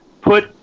put